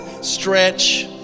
Stretch